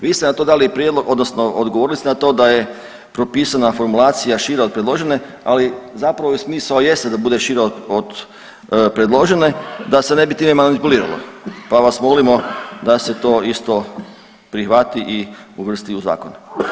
Vi ste na to dali i prijedlog, odnosno odgovorili ste na to da je propisana formulacija šira od predložene, ali zapravo i smisao i jeste da bude šira od predložene, da se ne bi time manipuliralo pa vas molimo da se to isto prihvati i uvrsti u Zakon.